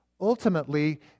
ultimately